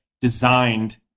designed